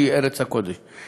שהיא ארץ הקודש,